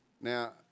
Now